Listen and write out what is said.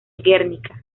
guernica